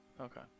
Okay